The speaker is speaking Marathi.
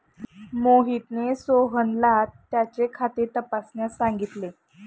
मोहितने सोहनला त्याचे खाते तपासण्यास सांगितले